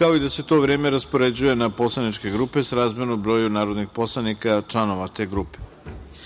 kao i da se to vreme raspoređuje na poslaničke grupe srazmerno broju narodnih poslanika članova te grupe. Molim